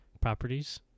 properties